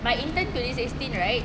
my intern twenty sixteen right